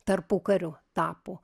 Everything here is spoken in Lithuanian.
tarpukariu tapo